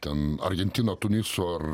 ten argentina tunisu ar